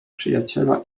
przyjaciela